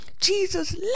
Jesus